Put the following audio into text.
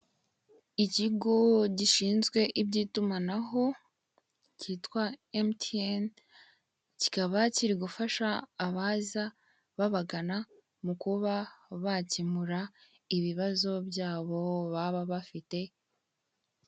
Ikigo gishinzwe iby'itumanaho, kitwa Emutiyene, kikaba kiri gufasha abaza babagana, mu kuba bakemura ibibazo byabo, baba bafite...